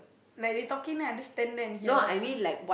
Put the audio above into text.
like we talking then I just stand there and hear lah